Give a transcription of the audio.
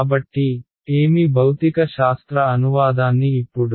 కాబట్టి ఏమి భౌతిక శాస్త్ర అనువాదాన్ని ఇప్పుడు